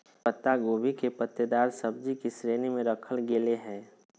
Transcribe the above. पत्ता गोभी के पत्तेदार सब्जि की श्रेणी में रखल गेले हें